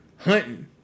Hunting